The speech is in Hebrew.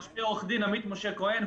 אני עו"ד עמית משה כהן,